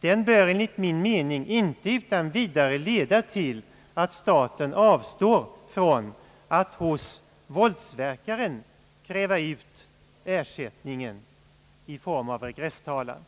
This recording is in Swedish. bör enligt min mening inte utan vidare leda till att staten avstår från att hos våldsverkaren kräva ut ersättningen i form av regresstalan.